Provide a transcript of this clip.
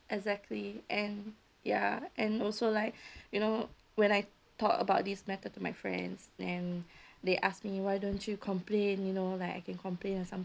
exactly and ya and also like you know when I talk about this matter to my friends and they asked me why don't you complain you know like I can complain or something